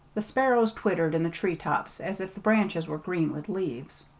the sparrows twittered in the treetops as if the branches were green with leaves.